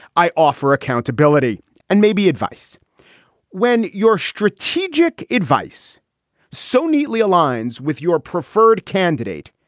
i offer accountability and maybe advice when your strategic advice so neatly aligns with your preferred candidate.